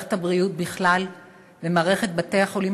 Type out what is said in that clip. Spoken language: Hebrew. מערכת הבריאות בכלל ומערכת בתי-החולים